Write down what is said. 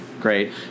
great